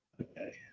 Okay